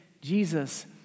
Jesus